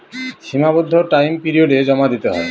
সীমাবদ্ধ টাইম পিরিয়ডে জমা দিতে হয়